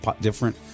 different